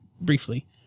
briefly